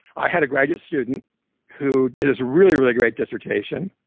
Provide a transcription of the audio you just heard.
i had a graduate student who did this really, really great dissertation,